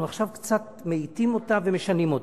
אנחנו עכשיו קצת מאטים אותה ומשנים אותה.